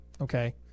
okay